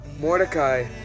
Mordecai